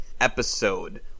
episode